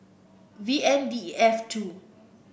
V N D F two